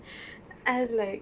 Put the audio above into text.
I was like